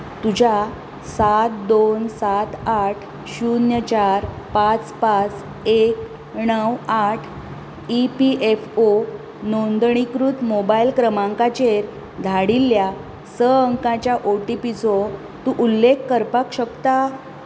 तुज्या सात दोन सात आठ शून्य चार पांच पांच एक णव आठ ई पी एफ ओ नोंदणीकृत मोबायल क्रमांकाचेर धाडिल्ल्या स अंकांच्या ओ टी पी चो तूं उल्लेख करपाक शकता